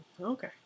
Okay